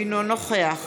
אינו נוכח